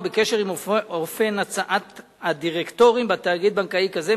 ובקשר עם אופן הצעת הדירקטורים בתאגיד בנקאי כזה,